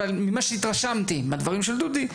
אבל ממה שהתרשמתי מהדברים של דודי,